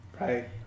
Right